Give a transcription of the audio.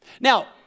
Now